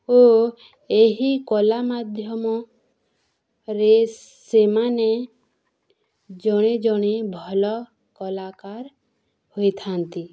ଓ ଏହି କଳା ମାଧ୍ୟମରେ ସେମାନେ ଜଣେ ଜଣେ ଭଲ କଳାକାର ହୋଇଥାନ୍ତି